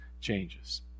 changes